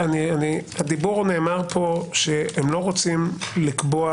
נאמר פה שהם לא רוצים לקבוע